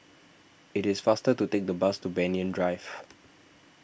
it is faster to take the bus to Banyan Drive